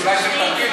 שאולי זה תרגיל,